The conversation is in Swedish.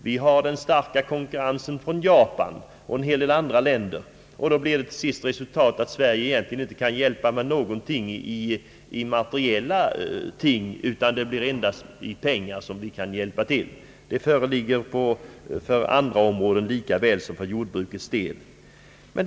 Vi har den starka konkurrensen från Japan och en hel del andra länder. Till sist blir resultatet, att Sverige inte kan hjälpa med någonting materiellt utan endast med pengar. Detta läge föreligger således på andra områden lika väl som när det gäller jordbruket.